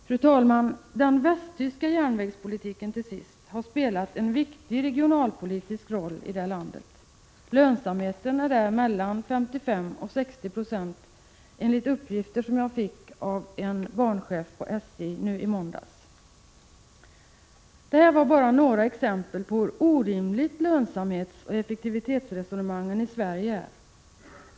0 Den västtyska järnvägspolitiken har spelat en viktig regionalpolitisk roll i Västtyskland. Lönsamheten är där mellan 55 och 60 Ze, enligt den uppgift som jag i måndags fick från en banchef på SJ. Detta var bara några exempel på hur orimliga lönsamhetsoch effektivitetsresonemangen i Sverige är.